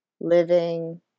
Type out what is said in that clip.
living